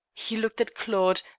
he looked at claude,